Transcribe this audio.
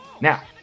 Now